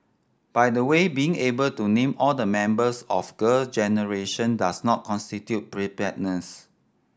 by the way being able to name all the members of Girl Generation does not constitute preparedness